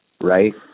right